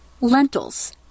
Lentils